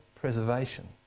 preservation